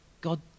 God